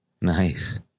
Nice